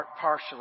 partially